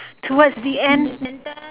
towards the end